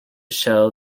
show